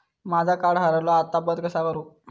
माझा कार्ड हरवला आता बंद कसा करू?